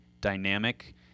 dynamic